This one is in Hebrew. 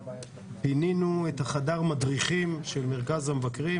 פינינו את חדר המדריכים של מרכז המבקרים,